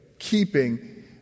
Keeping